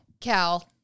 Cal